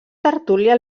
tertúlia